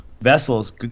vessels